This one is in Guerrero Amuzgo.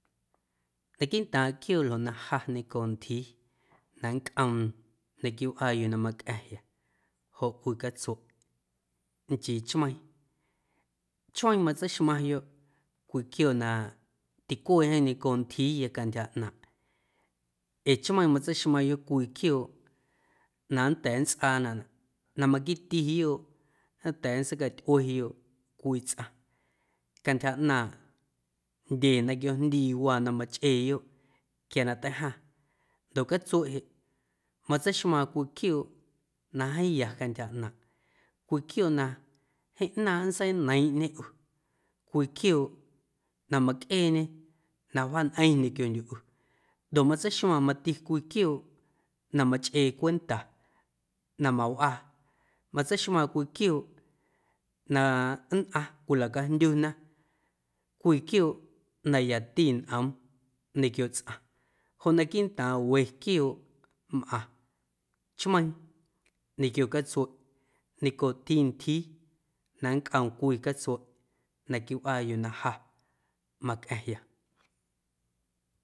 Naquiiꞌntaaⁿ quiooꞌ ljoꞌ na ja neiⁿncooꞌ ntyjii na nncꞌoom naquiiꞌ wꞌaa yuu na macꞌaⁿya joꞌ cwii catsueꞌ nchii chmeiiⁿ, chmeiiⁿ matseixmaⁿyoꞌ cwii quiooꞌ na ticueeꞌ jeeⁿ neiⁿncooꞌ ntyjiiya cantyja ꞌnaaⁿꞌ ee chmeiiⁿ matseixmaⁿyoꞌ cwii quiooꞌ na nnda̱a̱ nntsꞌaanaꞌ na maquiitiyoꞌ nnda̱a̱ nntseicatyꞌueyoꞌ cwii tsꞌaⁿ cantyja ꞌnaaⁿꞌ jndye na quiojndiiwaa na machꞌeeyoꞌ quia na teijaaⁿ ndoꞌ catsueꞌ jeꞌ matseixmaaⁿ cwii quiooꞌ na jeeⁿ ya cantyja ꞌnaaⁿꞌ, cwii quiooꞌ na jeeⁿ ꞌnaaⁿꞌ nntseineiiⁿꞌñe ꞌu, cwii quioo na mꞌaⁿcꞌeeñe na wjaañꞌeⁿ ñequiondyuꞌ ꞌu ndoꞌ matseixmaaⁿ mati cwii quiooꞌ na machꞌee cwenta na mawꞌaa, matseixmaaⁿ cwii quiooꞌ na nnꞌaⁿ cwilacajndyuna cwii quiooꞌ na yati ñꞌoom ñequio tsꞌaⁿ joꞌ naquiiꞌntaaⁿ we quiooꞌmꞌaⁿ chmeiiⁿ ñequio catsueꞌ neiⁿcooꞌti ntyjii na nncꞌoom cwii catsueꞌ naquiiꞌ wꞌaa yuu na ja macꞌa̱ⁿya.